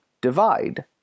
divide